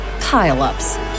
pile-ups